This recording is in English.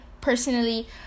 personally